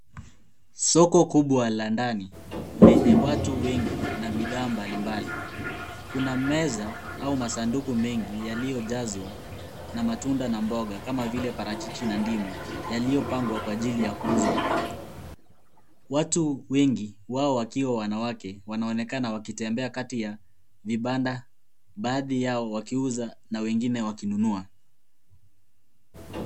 Soko kubwa la ndani lenye watu wengi na bidhaa mbali mbali. Kuna meza au masunduku mengi yaliyojazwa na matunda na mboga kama vile: parachichi na ndimu, yaliyopangwa kwa ajili ya kuuzwa. Watu wengi, wao wakiwa wanawake wanaonekana wakitembea kati ya vibanda, baadhi yao wakiuza na wengine wakinunua.